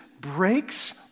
breaks